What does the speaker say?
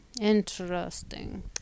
Interesting